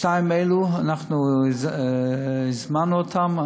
השניים האלו, אנחנו הזמנו אותם.